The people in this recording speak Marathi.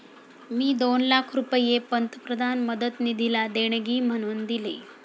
मी दोन लाख रुपये पंतप्रधान मदत निधीला देणगी म्हणून दिले